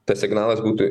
tas signalas būtų